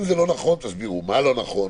אם זה לא נכון, תסבירו מה לא נכון.